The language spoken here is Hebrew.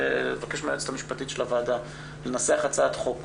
אני מבקש מהיועצת המשפטית של הוועדה לנסח הצעת חוק